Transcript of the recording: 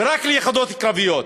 ורק ליחידות קרביות,